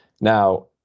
Now